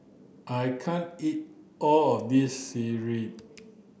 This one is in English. I can't eat all of this Sireh